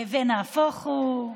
ונהפוך הוא.